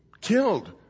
killed